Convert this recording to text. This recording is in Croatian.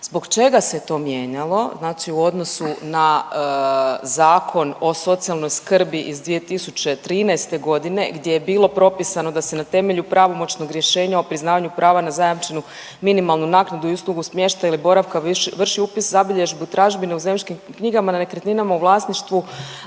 Zbog čega se to mijenjalo znači u odnosu na Zakon o socijalnoj skrbi iz 2013. g. gdje je bilo propisano da se na temelju pravomoćnog rješenja o priznavanju prava na zajamčenu minimalnu naknadu i uslugu smještaja ili boravka vrši upis zabilježbe tražbine u zemljišnim knjigama na nekretninama u vlasništvu